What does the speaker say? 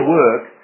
work